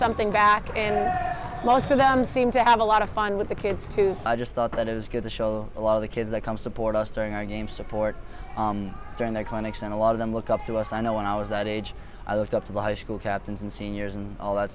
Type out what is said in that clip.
something back and most of them seem to have a lot of fun with the kids too so i just thought that it was good to show a lot of the kids that come support us during our game support during their clinics and a lot of them look up to us i know when i was that age i looked up to law school captains and seniors and all that